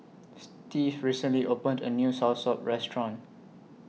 Stevie recently opened A New Soursop Restaurant